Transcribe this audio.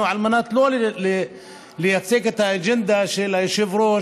לא על מנת לייצג את האג'נדה של היושב-ראש